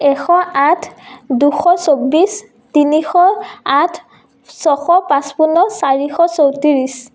এশ আঠ দুশ চৌব্বিছ তিনিশ আঠ ছশ পঁচপন্ন চাৰিশ চৌত্ৰিছ